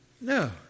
No